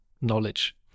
knowledge